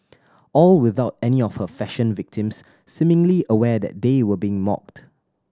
all without any of her fashion victims seemingly aware that they were being mocked